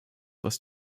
was